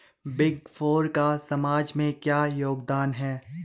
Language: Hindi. बिग फोर का समाज में क्या योगदान है?